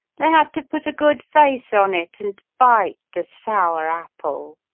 they had to put a good face on it, and bite the sour apple.